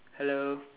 hello